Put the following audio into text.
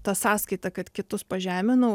ta sąskaita kad kitus pažeminau